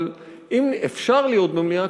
אבל אם אפשר להיות במליאה,